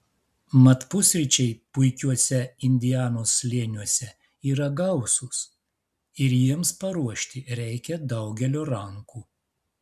mat pusryčiai puikiuose indianos slėniuose yra gausūs ir jiems paruošti reikia daugelio rankų